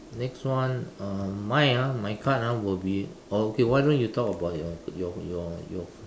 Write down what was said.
next one uh my ah my card ah will be oh okay why don't you talk about your your your your